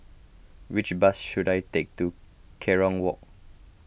which bus should I take to Kerong Walk